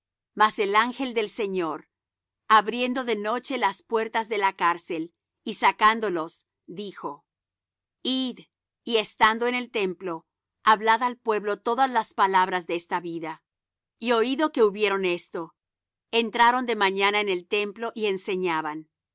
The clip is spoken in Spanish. mas el ángel del señor abriendo de noche las puertas de la cárcel y sacándolos dijo id y estando en el templo hablad al pueblo todas las palabras de esta vida y oído que hubieron esto entraron de mañana en el templo y enseñaban